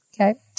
okay